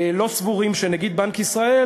לא סבורים שנגיד בנק ישראל,